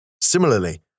Similarly